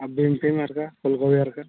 ଆଉ ବିମ୍ ଫିମ୍ ମାର୍କା ଫୁଲକୋବି ମାର୍କା